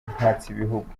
mpatsibihugu